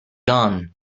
gone